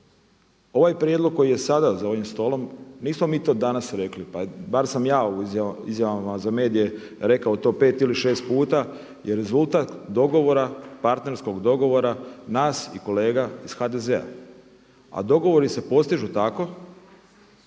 Ovaj prijedlog koji je sada za ovim stolom, nismo mi to danas rekli, pa bar sam ja u izjavama za medije rekao to pet ili šest put jer rezultat partnerskog dogovora nas i kolega iz HDZ-a. A dogovori se postižu tako